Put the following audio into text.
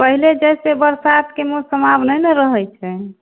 पहिले जइसे बरसातके मौसम आब नहि ने रहै छै